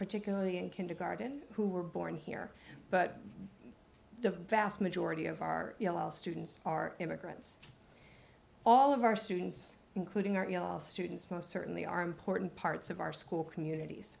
particularly in kindergarten who were born here but the vast majority of our students are immigrants all of our students including our students most certainly are important parts of our school communities